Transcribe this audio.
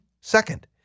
Second